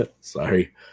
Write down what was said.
Sorry